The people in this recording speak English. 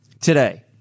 today